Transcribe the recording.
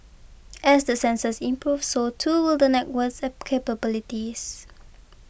as the sensors improve so too will the network's capabilities